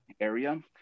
area